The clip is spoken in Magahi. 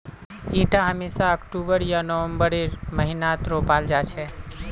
इटा हमेशा अक्टूबर या नवंबरेर महीनात रोपाल जा छे